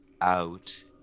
out